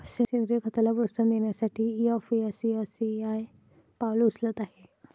सेंद्रीय खताला प्रोत्साहन देण्यासाठी एफ.एस.एस.ए.आय पावले उचलत आहे